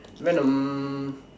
venom